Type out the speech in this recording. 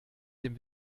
dem